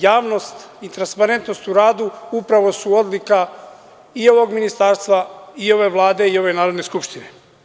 Javnost i transparentnost u radu upravo su odlika ovog Ministarstva, ove Vlade i ove Narodne skupštine.